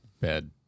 Bad